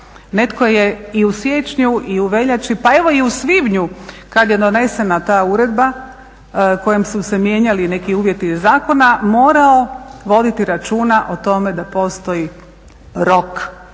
Netko je u siječnju i u veljači, pa evo i u svibnju kad je donesena ta uredba kojom su se mijenjali neki uvjeti iz zakona, morao voditi računa o tome da postoji rok